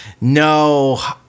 No